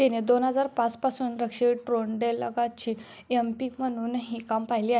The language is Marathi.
तिने दोन हजार पाचपासून रक्षी ट्रोंडेलगाची एम पी म्हणूनही काम पाहिले आ